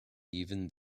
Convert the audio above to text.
even